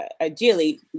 ideally